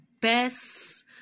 best